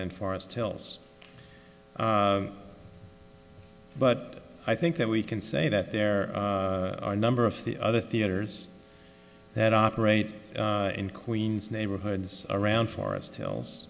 than forest hills but i think that we can say that there are a number of the other theaters that operate in queens neighborhoods around forest hills